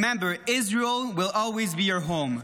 Remember, Israel will always be your home.